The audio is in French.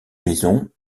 maison